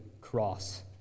cross